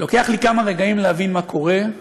לוקח לי כמה רגעים להבין מה קורה,